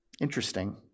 Interesting